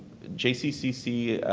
jccc,